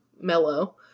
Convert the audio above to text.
mellow